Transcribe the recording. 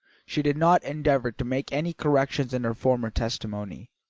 she did not endeavour to make any corrections in her former testimony,